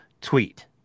tweet